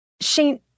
Shane